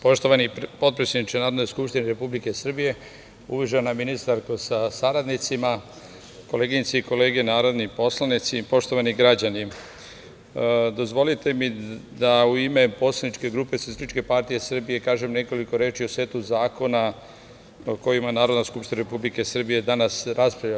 Poštovani potpredsedniče Narodne skupštine Republike Srbije, uvažena ministarko sa saradnicima, koleginice i kolege narodni poslanici, poštovani građani, dozvolite mi da u ime poslaničke grupe Socijalističke partije Srbije kažem nekoliko reči o setu zakona o kojima Narodna skupština Republike Srbije danas raspravlja.